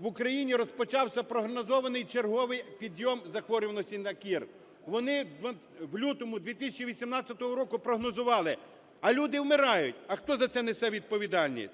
"В Україні розпочався прогнозований черговий підйом захворюваності на кір". Вони в лютому 2018 року прогнозували, а люди вмирають. А хто за це несе відповідальність?